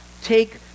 take